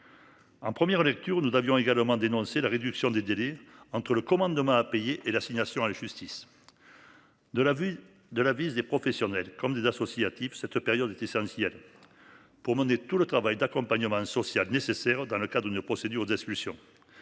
En première lecture nous avions également dénoncé la réduction des délais entre le commandement à payer et l'assignation à la justice. De l'avis de la vie des professionnels comme des associatifs, cette période est essentielle. Pour mener tout le travail d'accompagnement social nécessaire dans le cadre, une procédure d'expulsion.